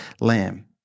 lamb